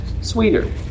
sweeter